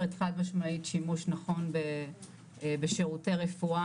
חד משמעית שימוש נכון בשירותי רפואה,